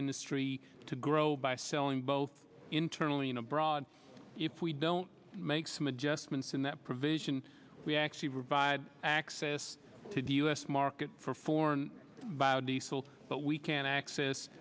industry to grow by selling both internally and abroad if we don't make some adjustments in that provision we actually provide access to do u s market for foreign biodiesel but we can access